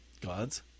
God's